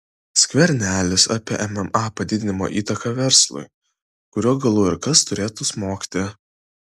skvernelis apie mma padidinimo įtaką verslui kuriuo galu ir kas turėtų smogti